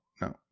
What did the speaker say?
no